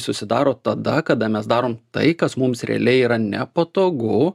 susidaro tada kada mes darom tai kas mums realiai yra nepatogu